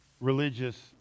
religious